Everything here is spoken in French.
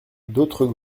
d’autres